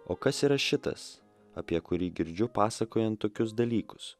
o kas yra šitas apie kurį girdžiu pasakojant tokius dalykus